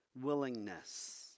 Willingness